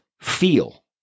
feel